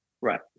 Right